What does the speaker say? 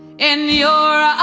in your